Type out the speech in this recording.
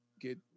get